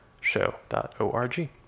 show.org